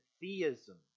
theism